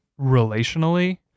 relationally